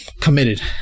committed